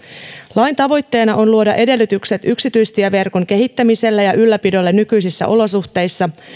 lain tavoitteena on luoda edellytykset yksityistieverkon kehittämiselle ja ylläpidolle nykyisissä olosuhteissa